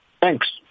Thanks